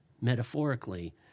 metaphorically